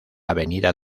avenida